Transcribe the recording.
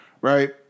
right